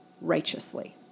righteously